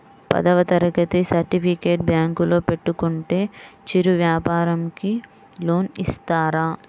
పదవ తరగతి సర్టిఫికేట్ బ్యాంకులో పెట్టుకుంటే చిరు వ్యాపారంకి లోన్ ఇస్తారా?